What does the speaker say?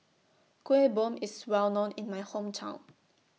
Kueh Bom IS Well known in My Hometown